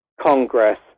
Congress